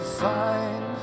find